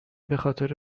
بخاطر